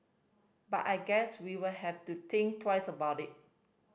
but I guess we would have to think twice about it